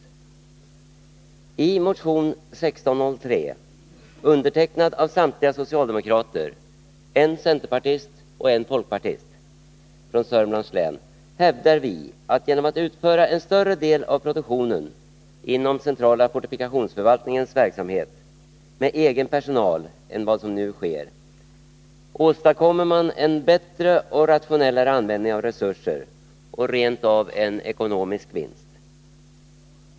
I motion 1603, undertecknad av samtliga socialdemokrater, en centerpartist och en folkpartist från Södermanlands län, hävdar vi att genom att utföra en större del än f. n. av produktionen inom centrala fortifikationsförvaltningens verksamhet med egen personal, åstadkommer man en bättre och rationellare användning av resurser och rent av en ekonomisk vinst.